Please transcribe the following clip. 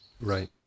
Right